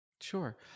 Sure